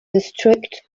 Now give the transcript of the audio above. district